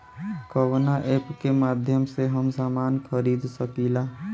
कवना ऐपके माध्यम से हम समान खरीद सकीला?